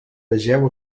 vegeu